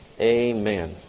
Amen